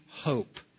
hope